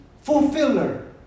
fulfiller